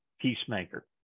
peacemaker